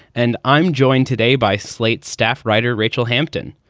and i'm joined today by slate staff writer rachel hampton.